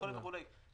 וכולי וכולי.